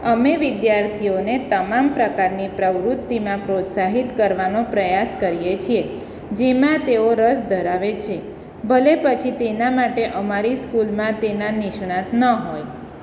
અમે વિદ્યાર્થીઓને તમામ પ્રકારની પ્રવૃત્તિમાં પ્રોત્સાહિત કરવાનો પ્રયાસ કરીએ છીએ જેમાં તેઓ રસ ધરાવે છે ભલે પછી તેના માટે અમારી સ્કૂલમાં તેના નિષ્ણાંત ન હોય